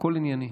הכול ענייני,